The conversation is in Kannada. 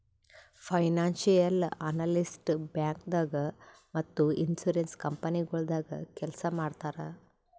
ಫೈನಾನ್ಸಿಯಲ್ ಅನಲಿಸ್ಟ್ ಬ್ಯಾಂಕ್ದಾಗ್ ಮತ್ತ್ ಇನ್ಶೂರೆನ್ಸ್ ಕಂಪನಿಗೊಳ್ದಾಗ ಕೆಲ್ಸ್ ಮಾಡ್ತರ್